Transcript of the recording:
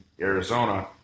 Arizona